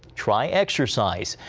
try exercise.